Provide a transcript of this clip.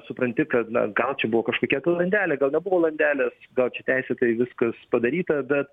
supranti kad na gal čia buvo kažkokia tai landelė gal nebuvo landelės gal čia teisėtai viskas padaryta bet